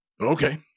Okay